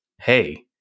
Hey